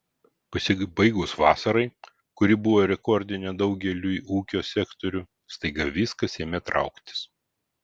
pasibaigus vasarai kuri buvo rekordinė daugeliui ūkio sektorių staiga viskas ėmė trauktis